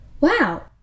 Wow